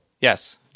Yes